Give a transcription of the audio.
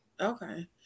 Okay